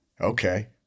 okay